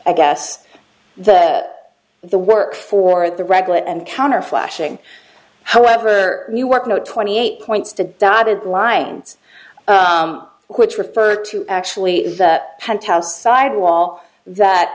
i guess that the work for the regular and counter flashing however you work no twenty eight points to dotted lines which refer to actually had house side wall that